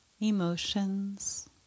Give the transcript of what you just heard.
emotions